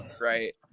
Right